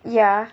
ya